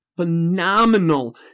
phenomenal